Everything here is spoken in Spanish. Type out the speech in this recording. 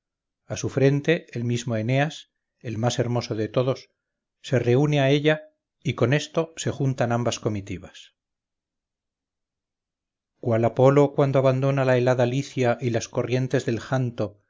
a su frente el mismo eneas el más hermoso de todos se reúne a ella y con esto se juntan ambas comitivas cual apolo cuando abandona la helada licia y las corrientes del janto